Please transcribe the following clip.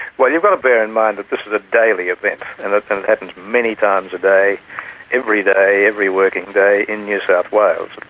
well, you've got to bear in mind that this is a daily event, and it kind of happens many times a day every day, every working day, in new south wales